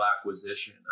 acquisition